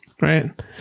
Right